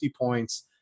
points